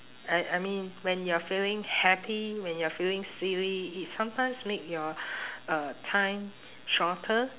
I I mean when you're feeling happy when you're feeling silly it sometimes make your uh time shorter